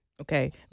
Okay